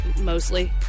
mostly